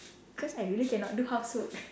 cause I really cannot do housework